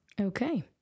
Okay